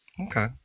Okay